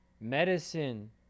medicine